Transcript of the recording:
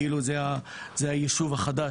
כאילו זה הישוב החדש,